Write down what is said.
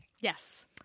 Yes